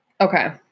Okay